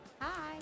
Hi